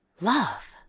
Love